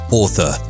author